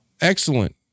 excellent